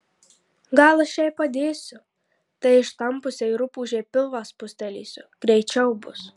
gal aš jai padėsiu tai išpampusiai rupūžei pilvą spustelėsiu greičiau bus